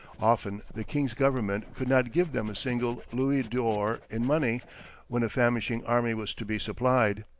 often the king's government could not give them a single louis-d'or in money when a famishing army was to be supplied.